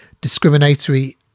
Discriminatory